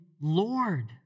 Lord